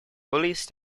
police